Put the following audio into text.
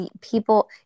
people